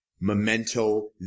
Memento